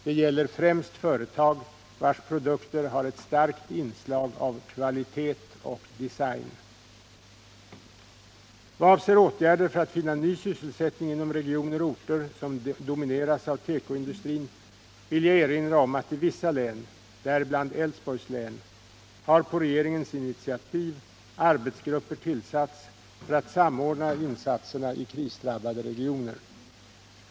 Detta gäller främst företag, vilkas produkter har ett starkt inslag av kvalitet och design. Vad avser åtgärder för att finna ny sysselsättning inom regioner och orter som domineras av tekoindustrin vill jag erinra om att i vissa län — däribland Älvsborgs län — har på regeringens initiativ arbetsgrupper tillsatts för att samordna insatserna i krisdrabbade regioner.